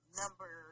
number